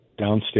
downstate